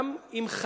גם אם,